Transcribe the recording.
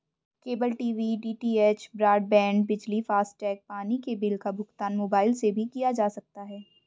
cable TV DTH, broadband, बिजली, FASTag, पानी के बिल का भुगतान मोबाइल से भी किया जा सकता है